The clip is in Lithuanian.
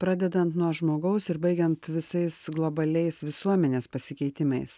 pradedant nuo žmogaus ir baigiant visais globaliais visuomenės pasikeitimais